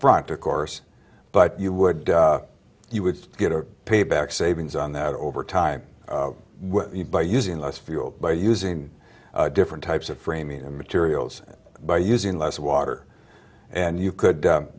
front of course but you would you would get a payback savings on that over time by using less fuel by using different types of framing materials by using less water and you could